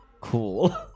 Cool